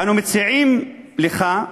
אנו מציעים לך,